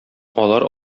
алар